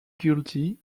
guilty